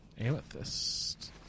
Amethyst